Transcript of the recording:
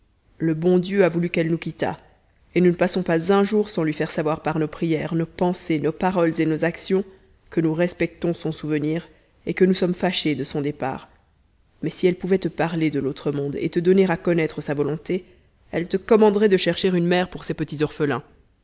le bon dieu a voulu qu'elle nous quittât et nous ne passons pas un jour sans lui faire savoir par nos prières nos pensées nos paroles et nos actions que nous respectons son souvenir et que nous sommes fâchés de son départ mais si elle pouvait te parler de l'autre monde et te donner à connaître sa volonté elle te commanderait de chercher une mère pour ses petits orphelins